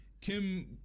Kim